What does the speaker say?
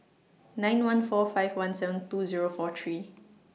nine one four five one seven two Zero four three